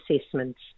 assessments